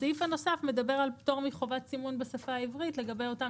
הסעיף הנוסף מדבר על פטור מחובת סימון בשפה העברית לגבי אותם